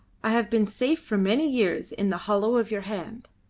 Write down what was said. i have been safe for many years in the hollow of your hand.